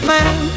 Man